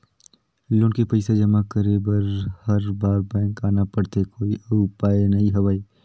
Loan के पईसा जमा करे बर हर बार बैंक आना पड़थे कोई अउ उपाय नइ हवय?